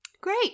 Great